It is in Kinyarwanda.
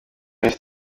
west